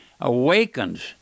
awakens